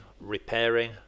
repairing